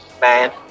Man